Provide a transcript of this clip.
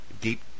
deep